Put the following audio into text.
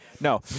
No